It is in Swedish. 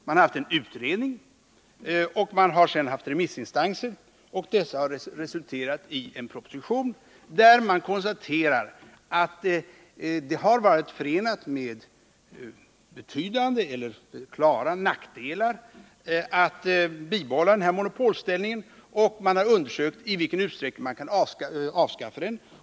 Man har låtit göra en utredning, som man har låtit remissbehandla, och detta har resulterat i en proposition, där man konstaterar att det har varit förenat med klara nackdelar att behålla den här monopolställningen, och man har undersökt i vilken utsträckning man kan avskaffa den.